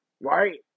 right